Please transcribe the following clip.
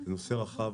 זה נושא רחב,